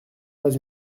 pas